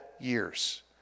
years